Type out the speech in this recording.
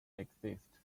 exist